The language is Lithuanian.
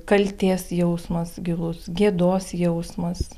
kaltės jausmas gilus gėdos jausmas